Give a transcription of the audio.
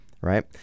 Right